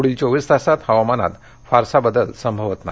पुढील चोवीस तासात हवामानात फारसा बदल संभवत नाही